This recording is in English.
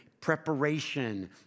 preparation